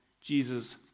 Jesus